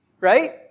right